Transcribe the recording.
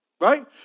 right